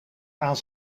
aan